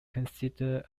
considered